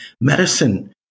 Medicine